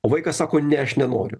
o vaikas sako ne aš nenoriu